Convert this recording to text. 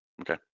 Okay